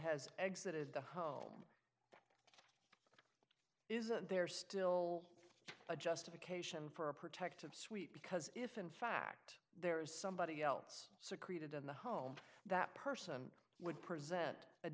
has exited the home is there still a justification for a protective suite because if in fact there is somebody else secreted in the home that person would present a